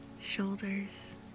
shoulders